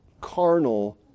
carnal